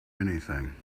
anything